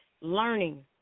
learning